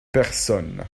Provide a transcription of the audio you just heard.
personne